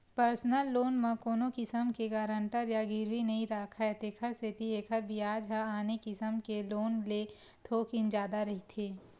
personal loan म कोनो किसम के गारंटर या गिरवी नइ राखय तेखर सेती एखर बियाज ह आने किसम के लोन ले थोकिन जादा रहिथे